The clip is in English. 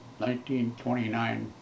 1929